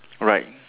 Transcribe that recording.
alright